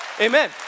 Amen